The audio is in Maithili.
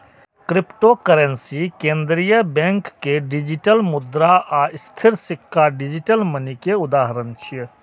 क्रिप्टोकरेंसी, केंद्रीय बैंक के डिजिटल मुद्रा आ स्थिर सिक्का डिजिटल मनी के उदाहरण छियै